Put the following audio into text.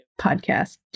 podcast